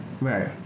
Right